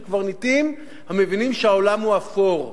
של קברניטים המבינים שהעולם הוא אפור.